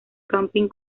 camping